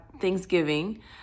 Thanksgiving